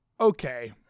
okay